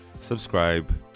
subscribe